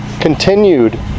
continued